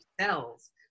cells